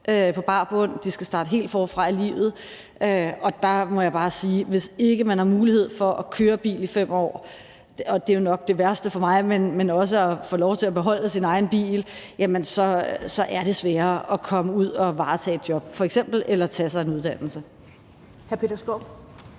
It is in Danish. på bar bund. De skal starte helt forfra i livet. Og der må jeg bare sige, at det bliver svært, hvis man ikke har mulighed for at køre bil i 5 år – det er jo nok det værste for mig – men også ikke får lov til at beholde sin egen bil. Jamen så er det sværere at komme ud og varetage f.eks. et job eller tage sig en uddannelse.